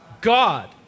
God